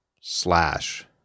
slash